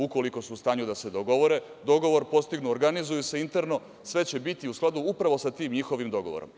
Ukoliko su u stanju da se dogovore, dogovor postignu, organizuju se interno, sve će biti u skladu upravo sa tim njihovim dogovorom.